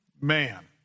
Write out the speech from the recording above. man